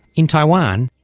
in taiwan,